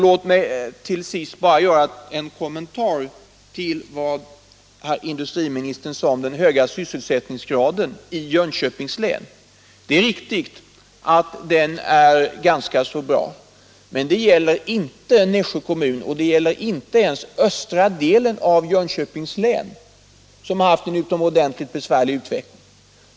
Låt mig till sist bara göra en kommentar till vad herr industriministern sade om den höga sysselsättningsgraden i Jönköpings län. Det är riktigt att den är ganska bra, men det gäller inte Nässjö kommun och inte ens östra delen av Jönköpings län, som har haft en utomordentligt besvärlig utveckling.